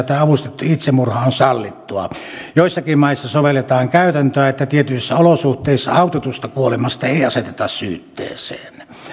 tai avustettu itsemurha on sallittua joissakin maissa sovelletaan käytäntöä että tietyissä olosuhteissa autetusta kuolemasta ei aseteta syytteeseen